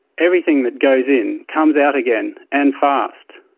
everything that goes in, comes out again and fast.